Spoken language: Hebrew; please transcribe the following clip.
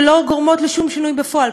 שלא גורמות לשום שינוי בפועל.